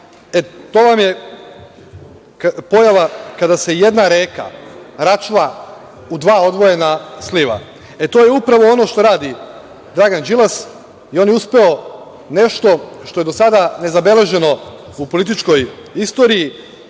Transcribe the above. To vam je pojava kada se jedna reka račva u dva odvojena sliva. To je upravo ono što radi Dragan Đilas i on je uspeo nešto što je do sada nezabeleženo u političkoj istoriji.